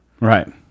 Right